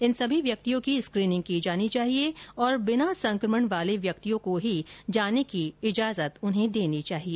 इन सभी व्यक्तियों की स्कैनिंग की जानी चाहिए और बिना संकमण वाले व्यक्तियों को ही जाने की इजाजत उन्हें देनी चाहिए